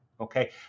okay